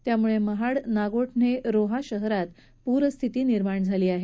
त्यामुळे महाड नागोठणे रोहा शहरात पूरस्थिती निर्माण झाली आहे